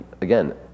again